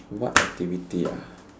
what activity ah